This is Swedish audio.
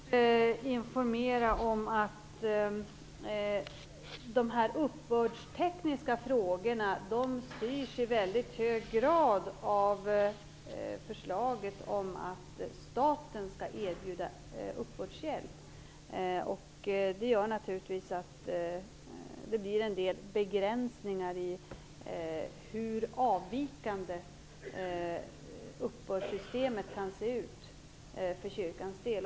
Fru talman! Jag vill helt kort informera om att de uppbördstekniska frågorna i hög grad styrs av förslaget om att staten skall erbjuda uppbördshjälp. Det gör naturligtvis att det blir en del begränsningar i hur avvikande uppbördssystemet kan se ut för kyrkans del.